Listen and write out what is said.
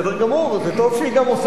זה טוב שהיא גם עושה הצעות חוק,